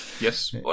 Yes